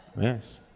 Yes